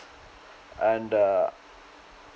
and uh